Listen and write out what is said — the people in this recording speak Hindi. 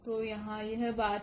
तो यहाँ यह बात है